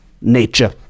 nature